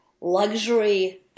luxury